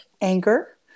anger